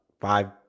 five